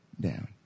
down